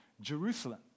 Jerusalem